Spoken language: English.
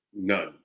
None